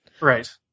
Right